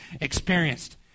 experienced